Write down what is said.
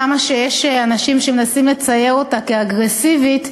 כמה שאנשים מנסים לצייר אותה כאגרסיבית,